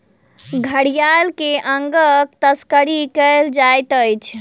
घड़ियाल के अंगक तस्करी कयल जाइत अछि